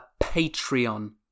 Patreon